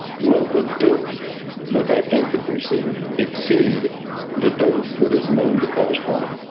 will the dose that that infant receive exceed the dose that is known to cause harm?